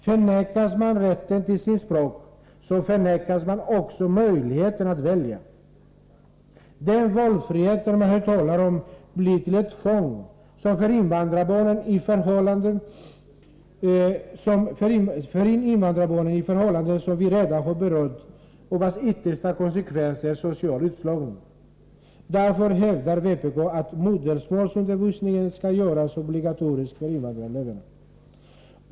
Förvägras man rätten till sitt språk, förvägras man också möjligheten att välja. Den valfrihet man här talar om blir till ett tvång, som för in invandrarbarnen i förhållanden, som vi redan har berört och vars yttersta konsekvens är social utslagning. Därför hävdar vpk att modersmålsundervisningen skall göras obligatorisk för invandrareleverna.